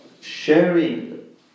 sharing